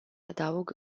adaug